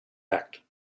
act